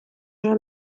вже